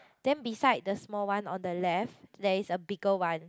then beside the small one on the left there is a bigger one